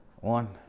one